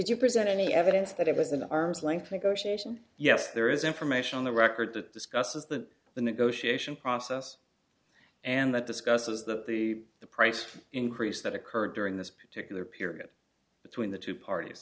you present any evidence that it was an arm's length negotiation yes there is information on the record that discusses the the negotiation process and that discusses the the price increase that occurred during this particular period between the two parties